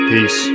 Peace